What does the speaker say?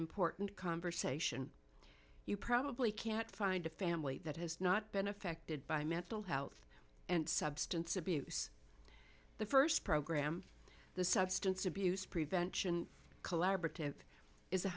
important conversation you probably can't find a family that has not been affected by mental health and substance abuse the first program the substance abuse prevention collaborative is